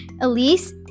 Elise